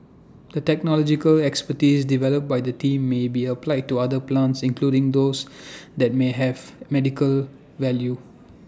the technological expertise developed by the team may be applied to other plants including those that may have medical value